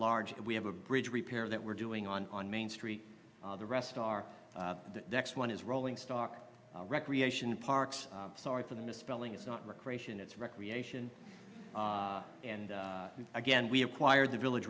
large we have a bridge repair that we're doing on main street the rest are the next one is rolling stock recreation parks sorry for the misspelling it's not recreation it's recreation and again we acquired the village